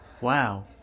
wow